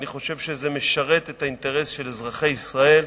אני חושב שזה משרת את אזרחי ישראל,